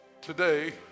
today